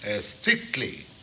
strictly